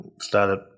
started